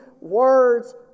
words